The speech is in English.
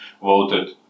voted